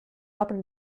open